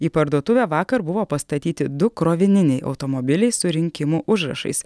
į parduotuvę vakar buvo pastatyti du krovininiai automobiliai su rinkimų užrašais